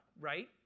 right